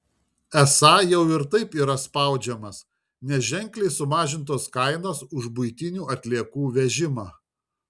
esą jau ir taip yra spaudžiamas nes ženkliai sumažintos kainos už buitinių atliekų vežimą